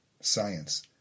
science